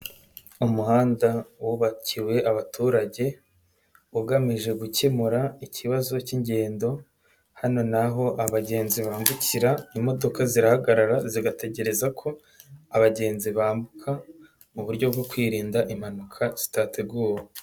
Umuhanda wubakiwe abaturage, ugamije gukemura ikibazo cy'ingendo, hano ni aho abagenzi bambukira, imodoka zirahagarara, zigategereza ko abagenzi bambuka mu buryo bwo kwirinda impanuka zitateguwe.